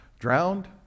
drowned